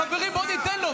חברים, בואו ניתן לו.